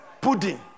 pudding